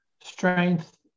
strength